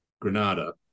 Granada